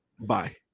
Bye